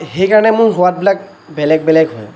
সেইকাৰণে মোৰ সোৱাদবিলাক বেলেগ বেলেগ হয়